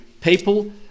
people